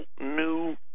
new